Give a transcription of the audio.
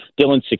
Dylan